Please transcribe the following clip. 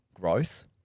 growth